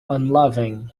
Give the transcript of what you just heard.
unloving